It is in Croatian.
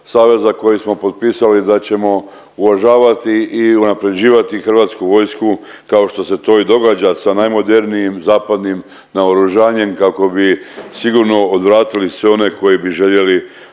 koji smo potpisali da ćemo uvažavati i unaprjeđivati hrvatsku vojsku kao što se to i događa sa najmodernijim zapadnim naoružanjem kako bi sigurno odvratili sve one koji bi željeli svojatati